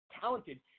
talented